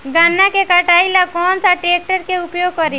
गन्ना के कटाई ला कौन सा ट्रैकटर के उपयोग करी?